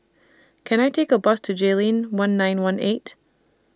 Can I Take A Bus to Jayleen one nine one eight